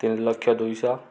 ତିନି ଲକ୍ଷ ଦୁଇଶହ